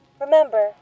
Remember